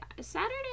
Saturday